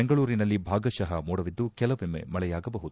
ಬೆಂಗಳೂರಿನಲ್ಲಿ ಭಾಗಶಃ ಮೋಡವಿದ್ದು ಕೆಲವೊಮ್ಮೆ ಮಳೆಯಾಗಬಹುದು